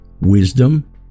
wisdom